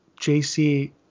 JC